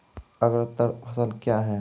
अग्रतर फसल क्या हैं?